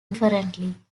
differently